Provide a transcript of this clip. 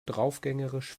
draufgängerisch